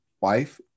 wife